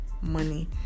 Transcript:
money